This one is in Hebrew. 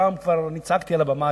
פעם כבר צעקתי על הבמה,